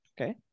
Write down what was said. okay